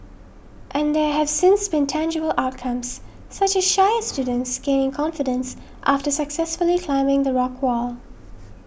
and there have since been tangible outcomes such as shyer students gaining confidence after successfully climbing the rock wall